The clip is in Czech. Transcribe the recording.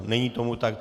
Není tomu tak.